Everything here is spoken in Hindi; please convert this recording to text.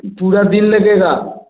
पूरा दिन लेगेगा